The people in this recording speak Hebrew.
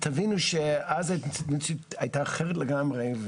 תבינו שאז המציאות הייתה אחרת לגמרי.